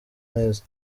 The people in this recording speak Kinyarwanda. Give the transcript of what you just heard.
neza